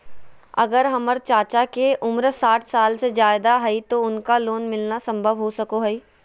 अगर हमर चाचा के उम्र साठ साल से जादे हइ तो उनका लोन मिलना संभव हो सको हइ?